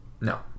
No